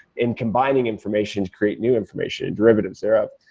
in combining information to create new information, derivatives thereof,